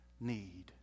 need